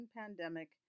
pandemic